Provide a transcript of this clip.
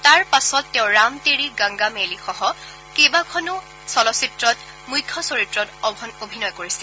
তাৰ পাছত তেওঁ ৰাম তেৰি গংগা মেইলিসহ কেইবাখনো চলচ্চিত্ৰত মুখ্য চৰিত্ৰত অভিনয় কৰিছিল